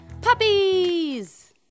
puppies